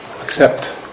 accept